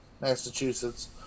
Massachusetts